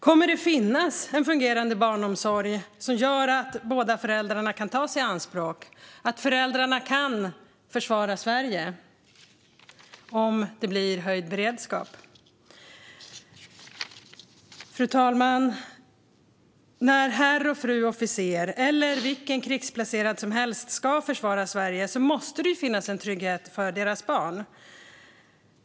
Kommer det att finnas en fungerande barnomsorg som gör att båda föräldrarna kan tas i anspråk så att de kan försvara Sverige om beredskapen höjs? När herr och fru officer eller vilken krigsplacerad person som helst ska försvara Sverige, fru talman, måste det finnas en trygghet för deras barn.